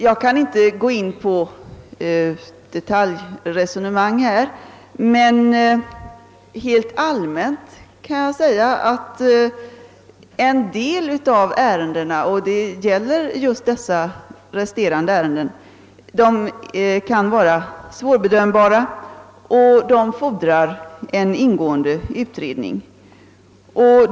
Jag kan inte gå in i detaljresonemang här, men helt allmänt kan jag säga att en del av ärendena — detta gäller just dessa resterande ärenden från 1966 och 1967 — kan vara svårbedömda och fordra en ingående utredning.